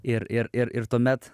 ir ir ir ir tuomet